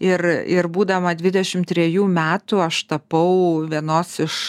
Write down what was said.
ir ir būdama dvidešim trejų metų aš tapau vienos iš